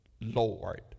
Lord